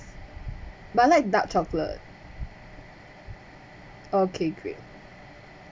but I like dark chocolate okay good